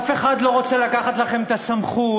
אף אחד לא רוצה לקחת לכם את הסמכות.